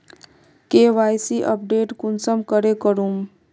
KYC update कुंसम करे करूम?